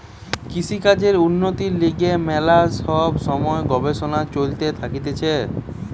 কৃষিকাজের উন্নতির লিগে ম্যালা সব সময় গবেষণা চলতে থাকতিছে